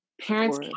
parents